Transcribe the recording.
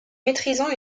maîtrisant